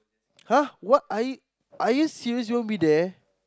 !huh! what are you are you serious you won't be there